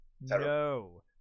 no